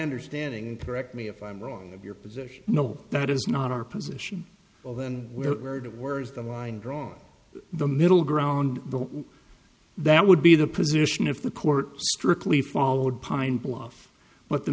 understanding and correct me if i'm wrong of your position no that is not our position all than weird words the line drawn the middle ground that would be the position if the court strictly followed pine bluff but the